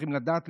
צריכים לדעת,